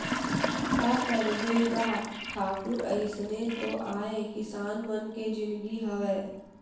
का करबे गा ठाकुर अइसने तो आय किसान मन के जिनगी हवय